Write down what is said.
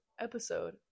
episode